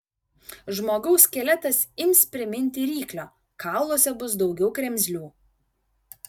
žmogaus skeletas ims priminti ryklio kauluose bus daugiau kremzlių